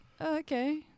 Okay